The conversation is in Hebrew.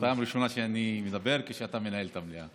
פעם ראשונה שאני מדבר כשאתה מנהל את המליאה.